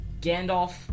Gandalf